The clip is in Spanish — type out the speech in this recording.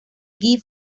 give